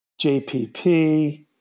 JPP